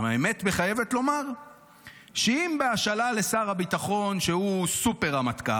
האמת מחייבת לומר שאם בהשאלה שר הביטחון הוא סופר-רמטכ"ל,